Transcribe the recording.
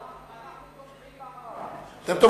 אנחנו תומכים בהעברה.